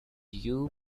you